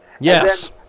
Yes